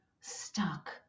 stuck